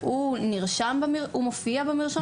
מופיע במרשם?